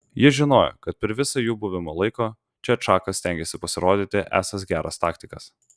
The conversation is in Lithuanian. jis žinojo kad per visą jų buvimo laiką čia čakas stengiasi pasirodyti esąs geras taktikas